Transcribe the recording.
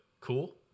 cool